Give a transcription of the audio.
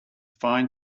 fine